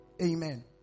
Amen